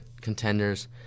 contenders